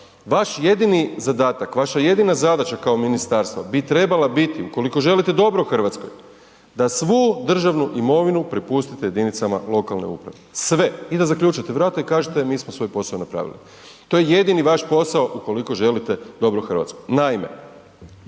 vaš jedini zadatak, vaša jedina zadaća kao ministarstva bi trebala biti ukoliko želite dobro RH da svu državnu imovinu prepustite jedinicama lokalne uprave, sve i da zaključate vrata i kažete mi smo svoj posao napravili, to je jedini vaš posao ukoliko želite dobro RH.